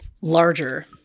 larger